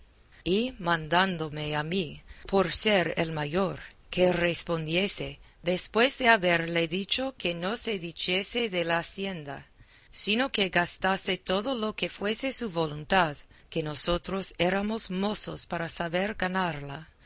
y mandándome a mí por ser el mayor que respondiese después de haberle dicho que no se deshiciese de la hacienda sino que gastase todo lo que fuese su voluntad que nosotros éramos mozos para saber ganarla